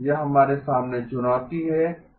यह हमारे सामने चुनौती है